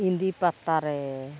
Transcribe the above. ᱮᱸᱫᱮ ᱯᱟᱛᱟᱨᱮ